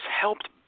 helped